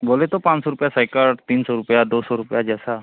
बोले तो पाँच सौ रुपये सैकड़ा तीन सौ रुपये दो सौ रुपये जैसा